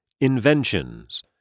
Inventions